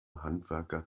handwerker